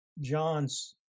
John's